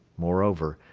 moreover,